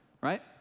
right